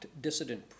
dissident